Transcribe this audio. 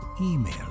email